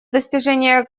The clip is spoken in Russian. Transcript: достижения